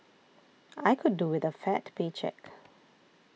I could do with a fat paycheck